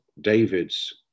David's